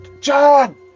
John